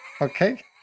Okay